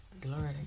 Glory